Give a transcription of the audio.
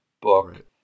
book